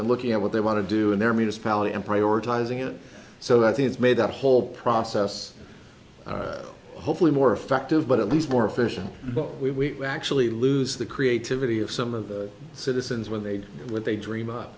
and looking at what they want to do in their municipality and prioritizing it so i think it's made that whole process hopefully more effective but at least more efficient but we actually lose the creativity of some of the citizens when they when they dream up